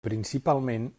principalment